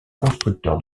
constructeur